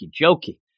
jokey